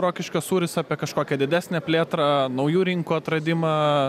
rokiškio sūris apie kažkokią didesnę plėtrą naujų rinkų atradimą